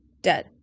dead